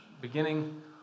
beginning